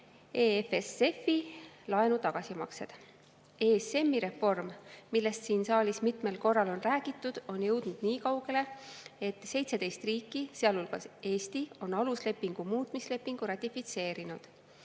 EFSF-i laenu tagasimaksed. ESM-i reform, millest siin saalis mitmel korral on räägitud, on jõudnud nii kaugele, et 17 riiki, sealhulgas Eesti, on aluslepingu muutmise lepingu ratifitseerinud.